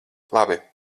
labi